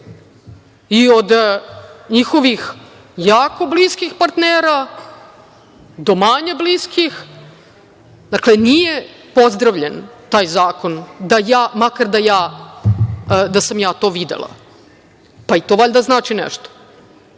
i od njihovih jako bliskih partnera, do manje bliskih, nije pozdravljen taj zakon, makar da sam ja to videla. Pa, i to valjda znači nešto.